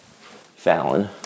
Fallon